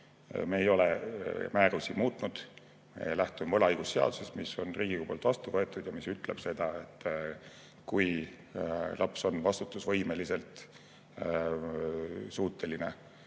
me ei ole määrusi muutnud. Me lähtume võlaõigusseadusest, mis on Riigikogu poolt vastu võetud ja ütleb seda, et kui laps on vastutusvõimeliselt suuteline